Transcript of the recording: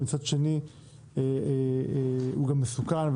מצד שני הוא גם מסוכן,